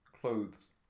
clothes